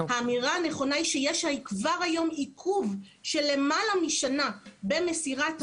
האמירה הנכונה היא שיש כבר היום עיכוב של למעלה משנה במסירת השטח,